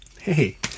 Hey